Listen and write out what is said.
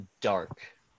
dark